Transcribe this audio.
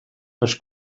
les